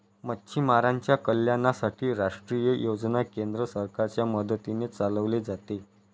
मच्छीमारांच्या कल्याणासाठी राष्ट्रीय योजना केंद्र सरकारच्या मदतीने चालवले जाते